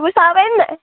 সেইবোৰ চাব পাৰিম নাই